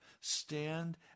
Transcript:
Stand